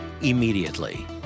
immediately